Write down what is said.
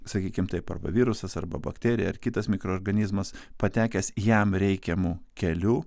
sakykim taip arba virusas arba bakterija ar kitas mikroorganizmas patekęs jam reikiamu keliu